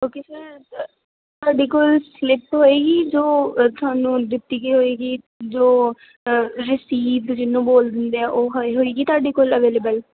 okay sir ਤੁਹਾਡੇ ਕੋਲ slip ਹੋਏਗੀ ਜੋ ਤੁਹਾਨੂੰ ਦਿੱਤੀ ਗਈ ਹੋਏਗੀ ਜੋ ਰਸੀਦ ਜਿਹਨੂੰ ਬੋਲ ਦਿੰਦੇ ਆ ਉਹ ਹੋਏ ਹੋਏਗੀ ਤੁਹਾਡੇ ਕੋਲ ਅਵੇਲੇਬਲ